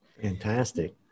Fantastic